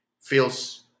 feels